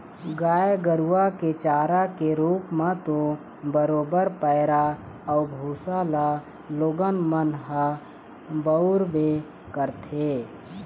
गाय गरुवा के चारा के रुप म तो बरोबर पैरा अउ भुसा ल लोगन मन ह बउरबे करथे